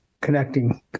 connecting